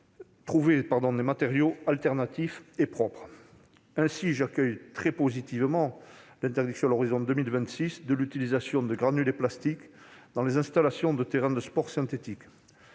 propres doivent être poursuivies. Aussi, j'accueille très positivement l'interdiction à l'horizon de 2026 de l'utilisation de granulés de plastique dans les installations de terrains de sport synthétiques.